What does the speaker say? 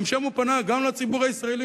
גם שם הוא פנה גם לציבור הישראלי,